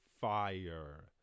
Fire